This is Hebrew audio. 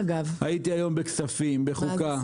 הייתי היום בכספים, בחוקה.